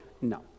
no